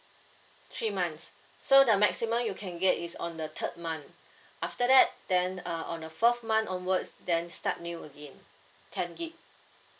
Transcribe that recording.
three months so the maximum you can get is on the third month after that then uh on the fourth month onwards then start new again ten gig